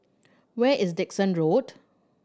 where is Dickson Road